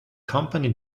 company